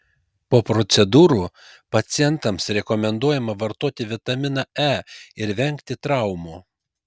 po procedūrų pacientams rekomenduojama vartoti vitaminą e ir vengti traumų